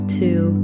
two